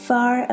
Far